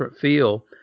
feel